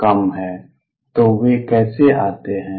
तो वे कैसे आते हैं